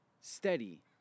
steady